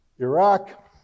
Iraq